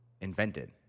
invented